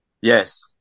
Yes